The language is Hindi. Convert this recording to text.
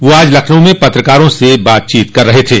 वह आज लखनऊ में पत्रकारों से बातचीत कर रहे थे